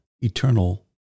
eternal